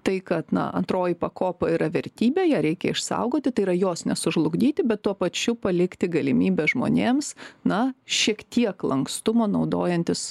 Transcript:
tai kad na antroji pakopa yra vertybė ją reikia išsaugoti tai yra jos nesužlugdyti bet tuo pačiu palikti galimybę žmonėms na šiek tiek lankstumo naudojantis